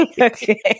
Okay